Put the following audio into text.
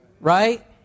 right